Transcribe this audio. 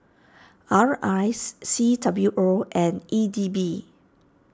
R I C W O and E D B